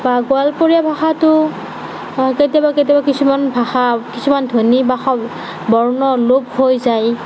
বা গোৱালপৰীয়া ভাষাটো কেতিয়াবা কেতিয়াবা কিছুমান ভাষা কিছুমান ধ্বনি বা বৰ্ণৰ লোপ হৈ যায়